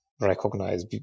recognize